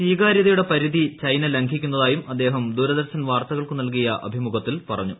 സ്വീകാര്യതയുള്ള പരിധി ചൈന ലംഘിക്കുന്നതായും അദ്ദേഹം ദൂരദർശൻ വാർത്തകൾക്കു നൽകിയ അഭിമുഖത്തിൽ പറഞ്ഞു